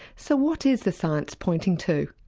so what is the science pointing to?